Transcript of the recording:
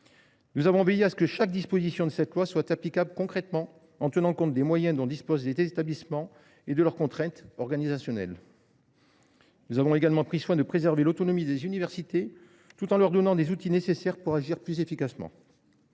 Nous avons veillé à ce que chaque disposition de cette proposition de loi soit applicable concrètement, en tenant compte des moyens dont disposent les établissements et de leurs contraintes organisationnelles. Nous avons également pris soin de préserver l’autonomie des universités, tout en leur donnant les outils nécessaires pour agir plus efficacement.